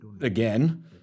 Again